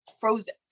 frozen